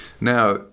Now